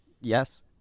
Yes